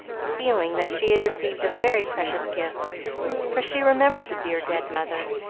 feeling that she had received a very precious gift for she remembered the dear, dead mother,